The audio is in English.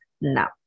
Now